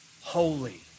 holy